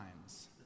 times